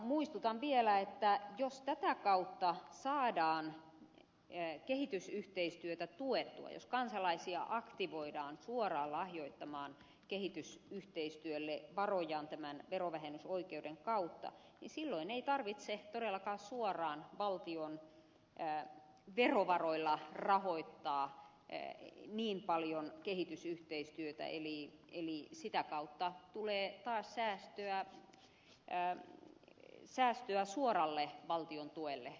muistutan vielä että jos tätä kautta saadaan kehitysyhteistyötä tuettua jos kansalaisia aktivoidaan suoraan lahjoittamaan kehitysyhteistyölle varojaan tämän verovähennysoikeuden kautta niin silloin ei tarvitse todellakaan suoraan valtion verovaroilla rahoittaa niin paljon kehitysyhteistyötä eli sitä kautta tulee taas säästöä suoralle valtion tuelle kehitysyhteistyöhön